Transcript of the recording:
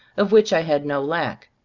of which i had no lack.